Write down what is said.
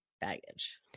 baggage